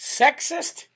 sexist